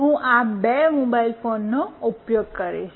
હું આ બે મોબાઇલ ફોનનો ઉપયોગ કરીશ